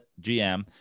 GM